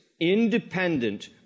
independent